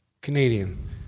Canadian